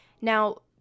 Now